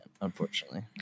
unfortunately